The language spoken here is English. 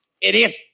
Idiot